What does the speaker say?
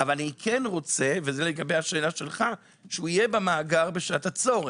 אבל אני כן רוצה וזה לגבי השאלה שלך שהוא יהיה במאגר בשעת הצורך,